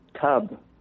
tub